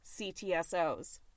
CTSOs